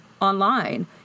online